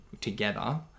together